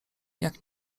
jak